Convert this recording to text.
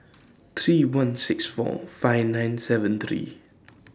three one six four five nine seven three